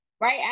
right